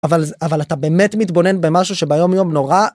אבל אתה באמת מתבונן במשהו שביום יום נורא...